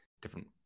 different